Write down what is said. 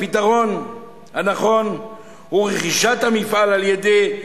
הפתרון הנכון הוא רכישת המפעל על-ידי